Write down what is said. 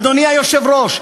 אדוני היושב-ראש,